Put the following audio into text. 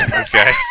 Okay